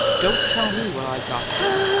don't tell me what i got to do!